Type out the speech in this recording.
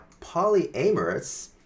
Polyamorous